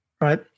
right